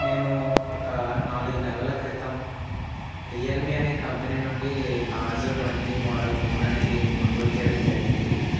నేను ఒక నాలుగు నెలల క్రితం రియల్మీ అనే కంపెనీ నుండి నార్జో ట్వంటీ మోడల్ ఫోన్ అనేది కొనుగోలు చేయడం జరిగింది